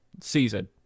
season